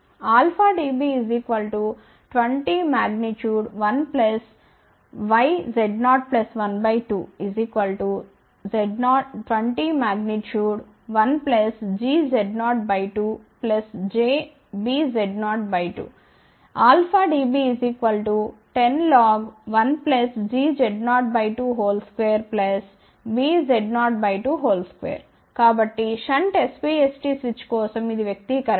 α dB 201 YZ012 201GZ02 jBZ02 α dB 101GZ022BZ022 కాబట్టి shunt SPST switch కోసం ఇది వ్యక్తీకరణ